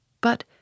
But